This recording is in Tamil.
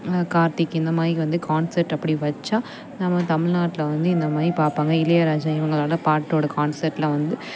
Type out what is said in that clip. கார்த்திக் இந்தமாதிரி வந்து கான்செர்ட் அப்படி வைச்சா நம்ம தமிழ்நாட்டில் வந்து இந்தமாதிரி பார்ப்பாங்க இளையராஜா இவங்களோட பாட்டோட கான்செர்ட்லாம் வந்து